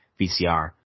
VCR